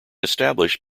established